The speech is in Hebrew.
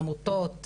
עמותות,